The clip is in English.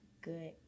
good